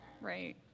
Right